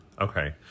Okay